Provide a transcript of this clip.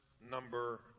number